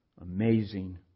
amazing